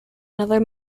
another